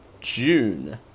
June